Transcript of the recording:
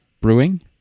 Brewing